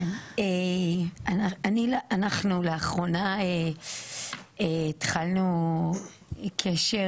כן, אנחנו לאחרונה התחלנו קשר,